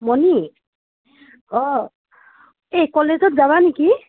মণি অঁ এই কলেজত যাবা নেকি